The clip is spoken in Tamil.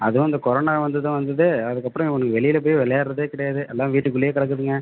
அதுவும் அந்த கொரோனா வந்ததும் வந்துது அதுக்கப்புறம் இவனுங்க வெளியில போய் விளையாடுறதே கிடையாது எல்லாம் வீட்டுக்குள்ளே கிடக்குதுங்க